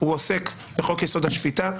הוא עוסק בחוק יסוד: השפיטה.